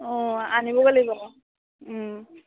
অঁ আনিবগৈ লাগিব